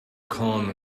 calm